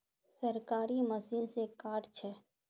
सरकारी मशीन से कार्ड छै?